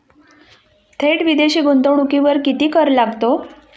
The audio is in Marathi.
थेट विदेशी गुंतवणुकीवर किती कर लागतो?